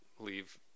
leave